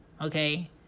okay